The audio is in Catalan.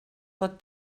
pot